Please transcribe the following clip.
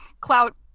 clout